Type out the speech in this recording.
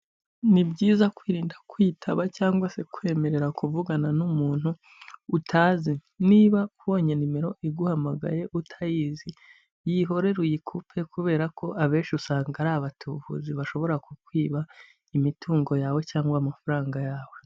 Ni byiza kwirinda kwitaba cyangwa se kwemerera kuvugana n'umuntu utazi, niba ubonye nimero iguhamagaye utayizi, yihorerere uyikupe kubera ko abenshi usanga ari abatubuzi bashobora ku kwiba imitungo yawe cyangwa amafaranga yawe.